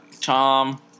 Tom